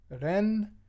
Ren